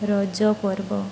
ରଜ ପର୍ବ